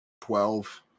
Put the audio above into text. twelve